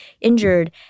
injured